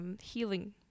Healing